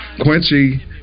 Quincy